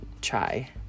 try